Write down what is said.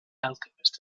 alchemist